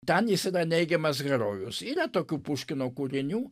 ten jis yra neigiamas herojus yra tokių puškino kūrinių